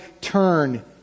turn